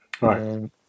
right